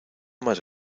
más